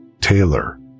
Taylor